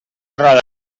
roda